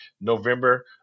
November